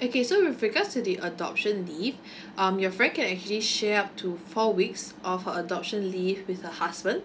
okay so with regards to the adoption leave um your friend can actually share up to four weeks of her adoption leave with her husband